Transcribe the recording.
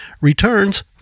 returns